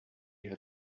had